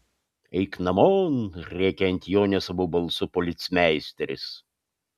eik namon rėkia ant jo nesavu balsu policmeisteris